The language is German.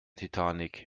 titanic